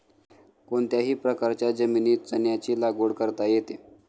कोणत्याही प्रकारच्या जमिनीत चण्याची लागवड करता येते